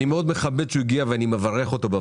אני מאוד מכבד שהוא הגיע ואני מברך אותו אבל